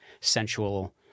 sensual